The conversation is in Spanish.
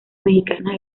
mexicanas